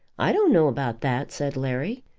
i don't know about that, said larry.